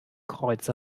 kreuz